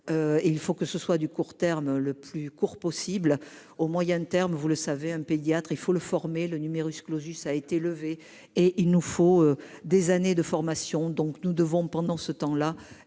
Il faut que ce soit du court terme le plus court possible au moyen terme. Vous le savez un pédiatre il faut le former le numerus clausus a été levée et il nous faut des années de formation, donc nous devons pendant ce temps là,